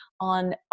on